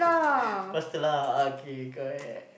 faster lah okay correct